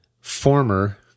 former